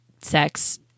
sex